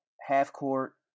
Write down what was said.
half-court